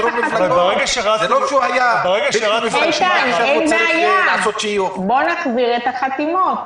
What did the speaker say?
איתן, אין בעיה, בוא נחזיר את החתימות.